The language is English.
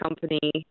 company